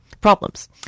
problems